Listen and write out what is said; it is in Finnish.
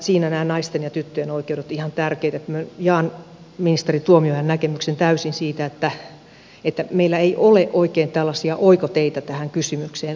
siinä nämä naisten ja tyttöjen oikeudet ovat ihan tärkeitä niin että minä jaan ministeri tuomiojan näkemyksen täysin siinä että meillä ei ole oikein tällaisia oikoteitä tähän kysymykseen valitettavasti